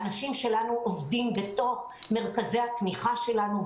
האנשים שלנו עובדים בתוך מרכזי התמיכה שלנו,